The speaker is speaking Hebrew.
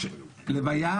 היום יום שלישי,